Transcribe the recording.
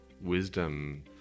wisdom